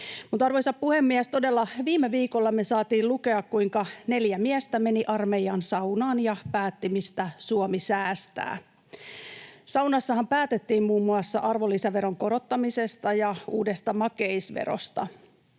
arvoisa puhemies, todella viime viikolla me saatiin lukea, kuinka neljä miestä meni armeijan saunaan ja päätti, mistä Suomi säästää. Saunassahan päätettiin muun muassa arvonlisäveron korottamisesta ja uudesta makeisverosta.